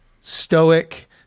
stoic